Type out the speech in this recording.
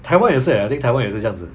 台湾也是 eh I think 台湾也是这样子